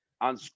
on